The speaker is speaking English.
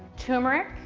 turmeric,